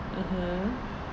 mmhmm